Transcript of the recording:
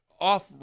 off